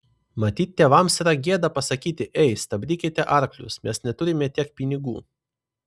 matyt tėvams yra gėda pasakyti ei stabdykite arklius mes neturime tiek pinigų